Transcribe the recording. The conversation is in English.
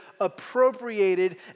appropriated